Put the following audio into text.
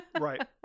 Right